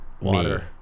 water